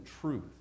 truth